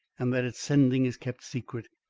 and that its sending is kept secret.